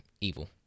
evil